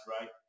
right